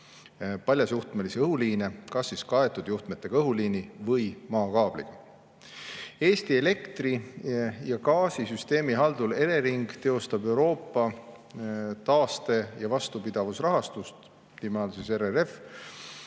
paljasjuhtmelisi õhuliine kas kaetud juhtmetega õhuliini või maakaabliga. Eesti elektri- ja gaasisüsteemi haldur Elering teostab Euroopa taaste- ja vastupidavusrahastu, RRF-i